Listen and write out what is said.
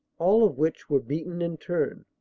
all of which were beaten in turn.